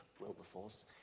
Wilberforce